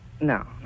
No